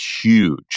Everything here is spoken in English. huge